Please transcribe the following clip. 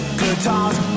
guitars